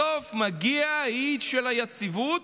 בסוף מגיע אי של יציבות,